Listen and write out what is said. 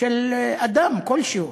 של אדם כלשהו,